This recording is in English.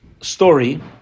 story